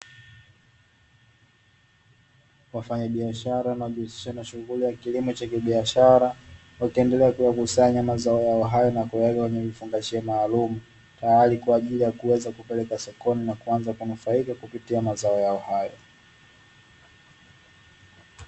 Wafanyabiashara wanaojihusisha na kilimo cha kibiashara, wakiendelea kuyakusanya mazao yao hayo na kuyaweka kwenye kifungashio maalumu, tayari kwa ajili ya kuweza kupeleka sokoni, na kuanza kunufaika kwa kupitia mazao yao hayo.